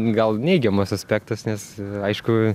gal neigiamas aspektas nes aišku